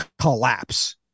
collapse